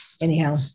Anyhow